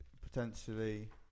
potentially